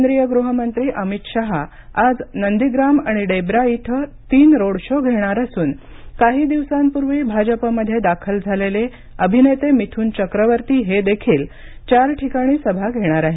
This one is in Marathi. केंद्रीय गृहमंत्री अमित शहा हे आज नंदीग्राम आणि डेब्रा इथं तीन रोड शो घेणार असून काही दिवसांपूर्वी भाजपमध्ये दाखल झालेले अभिनेते मिथुन चक्रवर्ती हे देखील चार ठिकाणी सभा घेणार आहेत